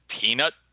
Peanut